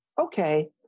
Okay